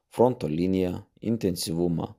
fronto liniją intensyvumą